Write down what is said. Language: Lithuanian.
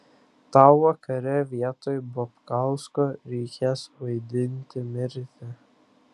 tau vakare vietoj babkausko reikės vaidinti mirtį